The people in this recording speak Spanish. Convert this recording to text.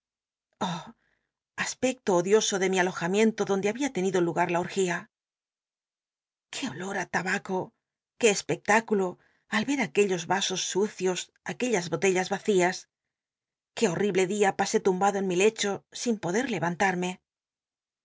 aspecto odioso de mi alojamiento donde babia tenido lugar la orgía l qué olor á tabaco qué especláculo al er aquellos yasos sucios aquellas botellas yacías qué hot rible dia pasé tumbado en mi lecho sin poder lel'anltll'llle